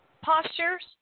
postures